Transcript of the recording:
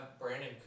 Brandon